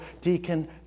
deacon